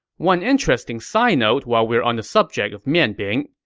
one interesting side note while we're on the subject of mian bing.